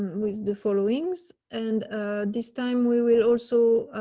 with the followings and this time we will also